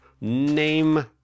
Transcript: Name